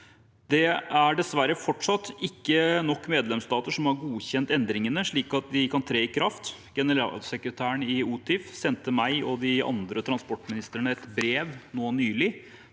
Det er dessverre fortsatt ikke nok medlemsstater som har godkjent endringene slik at de kan tre i kraft. Generalsekretæren i OTIF sendte meg og de andre transportministrene et brev nå nylig